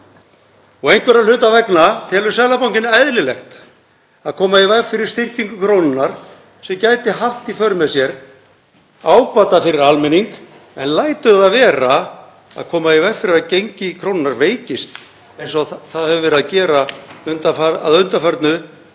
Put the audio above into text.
Einhverra hluta vegna telur Seðlabankinn eðlilegt að koma í veg fyrir styrkingu krónunnar sem gæti haft í för með sér ábata fyrir almenning en lætur vera að koma í veg fyrir að gengi krónunnar veikist eins og það hefur verið að gera að undanförnu